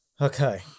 Okay